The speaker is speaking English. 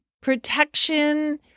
protection